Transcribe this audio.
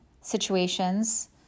situations